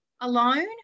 alone